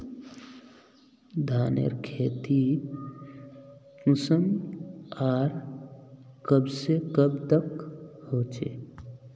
धानेर खेती कुंसम आर कब से कब तक होचे?